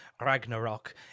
Ragnarok